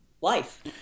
life